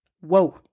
Whoa